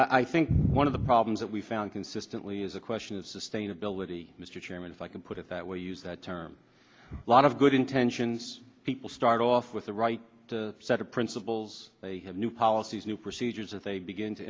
obviously i think one of the problems that we found consistently is a question of sustainability mr chairman if i can put it that way use that term a lot of good intentions people start off with the right to set of principles they have new policies new procedures as they begin to